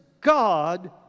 God